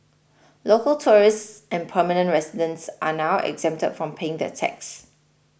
local tourists and permanent residents are now exempted from paying the tax